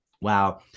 Wow